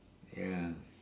ya